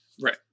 right